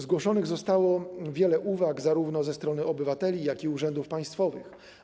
Zgłoszonych zostało wiele uwag zarówno ze strony obywateli, jak i urzędów państwowych.